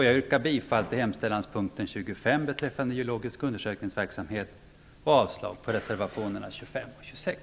Jag yrkar bifall till hemställanspunkten 25 beträffande geologisk undersökningsverksamhet och avslag på reservationerna 25 och 26.